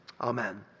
Amen